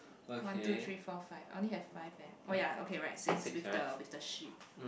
one two three four five I only have five eh oh ya okay right six with the with the sheep